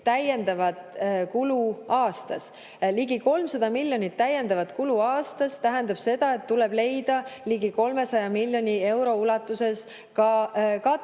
täiendavat kulu aastas. Ligi 300 miljonit täiendavat kulu aastas tähendab seda, et tuleb leida ligi 300 miljoni euro ulatuses ka katet.